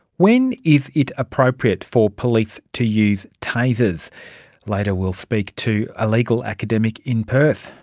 when is it appropriate for police to use tasers? later we'll speak to a legal academic in perth.